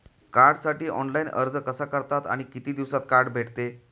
कार्डसाठी ऑनलाइन अर्ज कसा करतात आणि किती दिवसांत कार्ड भेटते?